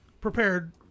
prepared